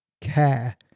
care